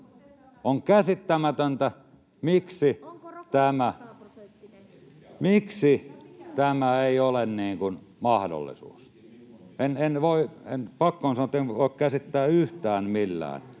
On käsittämätöntä, miksi tämä ei ole mahdollisuus. Pakko on sanoa, että en voi käsittää yhtään millään,